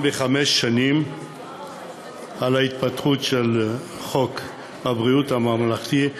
בחמש שנים על התפתחות חוק ביטוח בריאות ממלכתי,